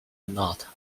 not